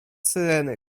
syreny